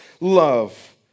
love